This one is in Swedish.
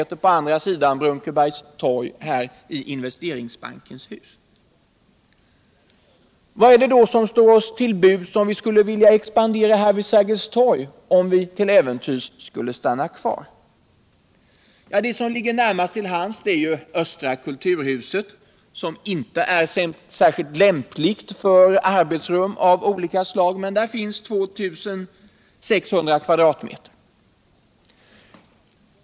på andra sidan Brunkebergstorg i Investeringsbankens hus. Vad står oss till buds om vi skulle vilja expandera här vid Sergels torg, om vi till äventyrs skulle stanna kvar? Det som ligger närmast till hands är östra kulturhuset, som inte är särskilt lämpligt för arbetsrum av olika slag men där det finns 2 600 m?.